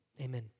amen